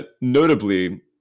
Notably